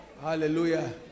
Hallelujah